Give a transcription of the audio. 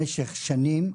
ליוויתי את הוריי במשך שנים,